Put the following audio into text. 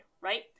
right